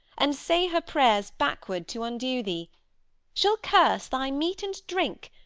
and say her prayers back-ward to undo thee she'll curse thy meat and drink,